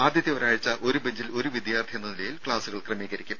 ആദ്യത്തെ ഒരാഴ്ച ഒരു ബെഞ്ചിൽ ഒരു വിദ്യാർഥി എന്ന നിലയിൽ ക്ലാസുകൾ ക്രമീകരിക്കും